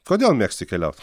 kodėl mėgsti keliaut